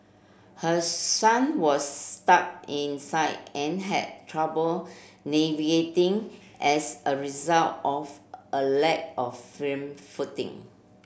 her son was stuck inside and had trouble navigating as a result of a lack of firm footing